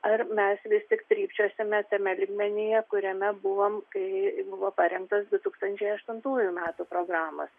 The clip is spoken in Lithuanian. ar mes vis tik trypčiosime tame lygmenyje kuriame buvom kai buvo parengtos du tūkstančiai aštuntųjų metų programos